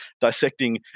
dissecting